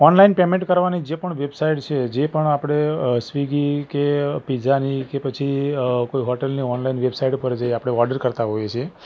online payment કરવાની જે પણ વેબસાઈટ છે જે પણ આપણે સ્વીગી કે પીઝાની કે પછી કોઈ હોટૅલની ઑનલાઇન વેબસાઈટ ઉપર જઈ આપણે ઑર્ડર કરતા હોઈએ છીએ